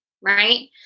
right